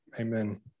Amen